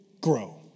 grow